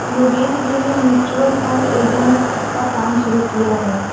योगेंद्र जी ने mutual fund agent का काम शुरू किया है